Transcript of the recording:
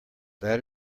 that